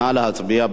נא להצביע.